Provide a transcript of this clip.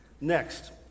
next